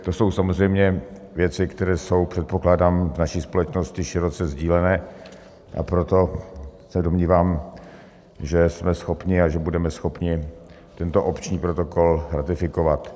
To jsou samozřejmě věci, které jsou předpokládám naší společností široce sdílené, a proto se domnívám, že jsme schopni a že budeme schopni tento opční protokol ratifikovat.